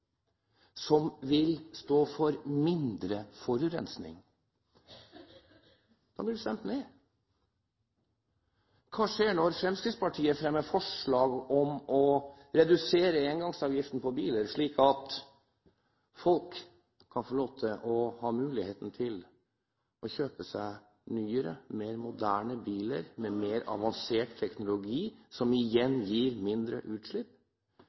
som vil stå for mindre forurensing? Da blir det stemt ned. Hva skjer når Fremskrittspartiet fremmer forslag om å redusere engangsavgiften på biler, slik at folk kan få muligheten til å kjøpe seg nyere, mer moderne biler, med mer avansert teknologi, som igjen gir mindre utslipp?